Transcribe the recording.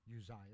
Uzziah